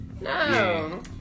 No